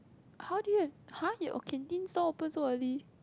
how do you have !huh! your canteen stall open so early